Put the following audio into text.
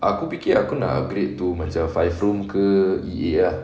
aku fikir aku nak upgrade to macam five room ke E_A ah